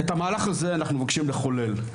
את המהלך הזה אנחנו מבקשים לחולל,